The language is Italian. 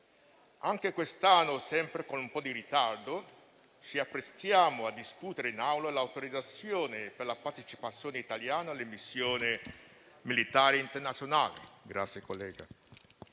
anche quest'anno, sempre con un po' di ritardo, ci apprestiamo a discutere in Aula l'autorizzazione per la partecipazione italiana alle missioni militari internazionali. Vorrei fare